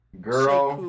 Girl